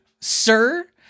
sir